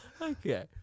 Okay